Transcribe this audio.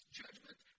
judgment